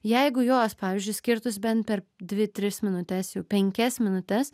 jeigu jos pavyzdžiui skirtus bent per dvi tris minutes jau penkias minutes